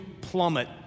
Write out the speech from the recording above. plummet